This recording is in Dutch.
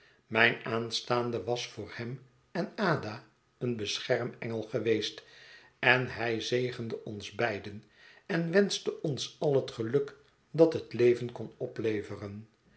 mijn aanstaande was voor hem en ada een beschermengel geweest en hij zegende ons beide en wenschte ons al het geluk dat het leven kon opleveren